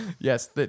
Yes